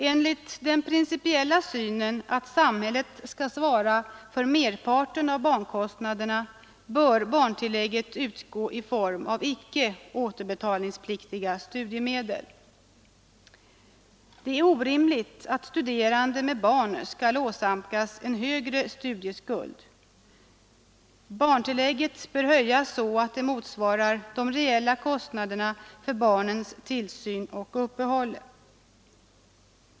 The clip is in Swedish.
Enligt den principiella synen, att samhället skall svara för merparten av barnkostnaderna, bör barntillägget utgå i form av icke återbetalningspliktiga studiemedel. Det är orimligt att studerande med barn skall åsamkas en högre studieskuld än studerande utan barn. Barntillägget bör höjas så, att det motsvarar de reella kostnaderna för barnens tillsyn och uppehälle.